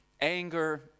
anger